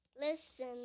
listen